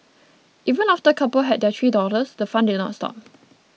even after the couple had their three daughters the fun did not stop